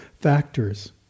factors